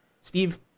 Steve